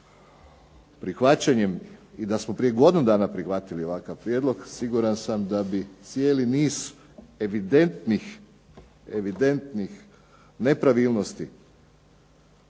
prihvaćanjem, i da smo godinu dana prije prihvatili ovakav Prijedlog da bi cijeli niz evidentnih nepravilnosti